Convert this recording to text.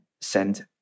send